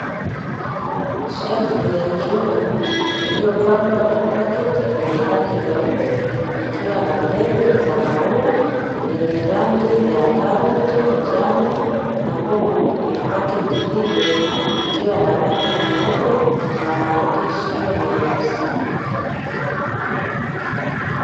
Shelfu ya chuma iliyopangwa vipaketi vyenye rangi nyeupe, vikiwa na mbegu za maua yenye rangi ya karoti, njano; na huku vipaketi hivyo vikiwa na rangi nyeupe na maandishi meusi.